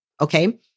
Okay